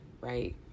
right